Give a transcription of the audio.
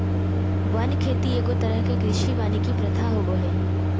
वन खेती एगो तरह के कृषि वानिकी प्रथा होबो हइ